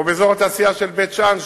או באזור התעשייה של בית-שאן,